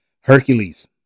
Hercules